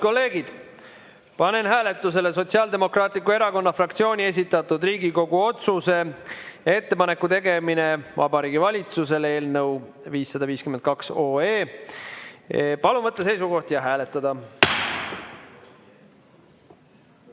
kolleegid, panen hääletusele Sotsiaaldemokraatliku Erakonna fraktsiooni esitatud Riigikogu otsuse "Ettepaneku tegemine Vabariigi Valitsusele" eelnõu 552. Palun võtta seisukoht ja hääletada!